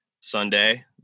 Sunday